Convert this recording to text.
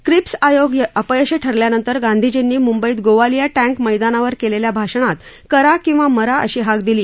Cripps आयोग अपयशी ठरल्यानंतर गांधीजींनी मुंबईत गोवालिया टैंक मैदानावर केलेल्या भाषणात करा किंवा मरा अशी हाक दिली